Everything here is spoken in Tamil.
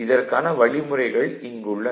இதற்கான வழிமுறைகள் இங்குள்ளன